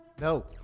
no